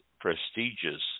prestigious